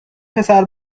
پسر